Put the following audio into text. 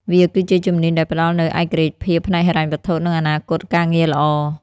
វាគឺជាជំនាញដែលផ្តល់នូវឯករាជ្យភាពផ្នែកហិរញ្ញវត្ថុនិងអនាគតការងារល្អ។